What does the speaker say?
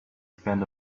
spend